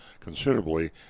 considerably